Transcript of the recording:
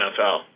NFL